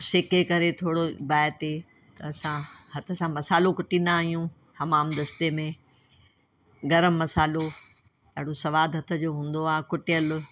सेके करे थोड़ो ॿाहि ते असां हथ सां मसालो कुटींदा आहियूं हमामदस्ते में गर्मु मसालो ॾाढो सवादु हथ जो हूंदो आहे कुटियलु